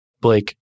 Blake